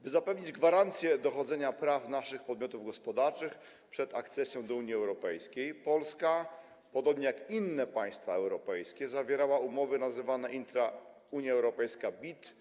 By zapewnić gwarancję dochodzenia praw naszych podmiotów gospodarczych przed akcesją do Unii Europejskiej, Polska, podobnie jak inne państwa europejskie, zawierała umowy nazywane intra-EU BIT.